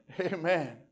Amen